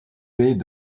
pays